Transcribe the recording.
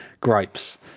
Gripes